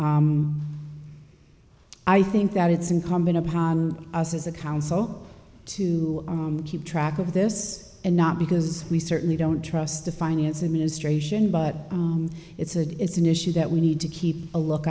i think that it's incumbent upon us as a council to keep track of this and not because we certainly don't trust the finance administration but it's a it's an issue that we need to keep a look